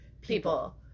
people